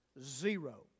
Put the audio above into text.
zero